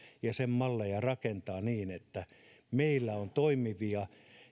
ja sen malleja rakentaa niin että meillä on toimivia